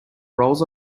rolls